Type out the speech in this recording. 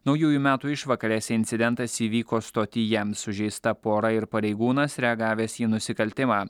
naujųjų metų išvakarėse incidentas įvyko stotyje sužeista pora ir pareigūnas reagavęs į nusikaltimą